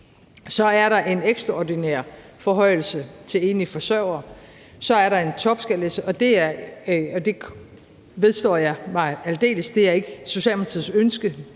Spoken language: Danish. Så er der en ekstraordinær forhøjelse til enlige forsørgere. Så er der en topskattelettelse, og det vedstår jeg mig aldeles. Det er ikke Socialdemokratiets ønske;